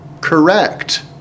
correct